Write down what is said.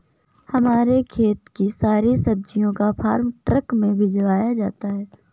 हमारे खेत से सारी सब्जियों को फार्म ट्रक में भिजवाया जाता है